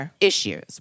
issues